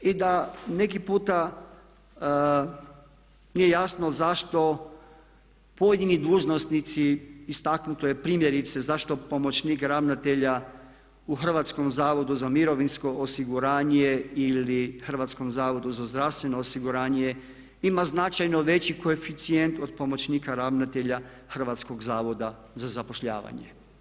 I da neki puta nije jasno zašto pojedini dužnosnici, istaknuto je primjerice zašto pomoćnik ravnatelja u Hrvatskom zavodu za mirovinsko osiguranje ili Hrvatskom zavodu za zdravstveno osiguranje ima značajno veći koeficijent od pomoćnika ravnatelja Hrvatskog zavoda za zapošljavanje.